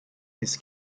his